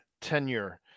tenure